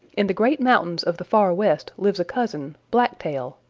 in the great mountains of the far west lives a cousin, blacktail,